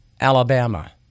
Alabama